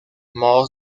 modos